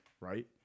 right